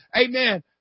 amen